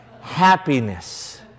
happiness